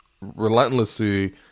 relentlessly